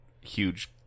huge